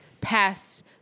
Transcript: passed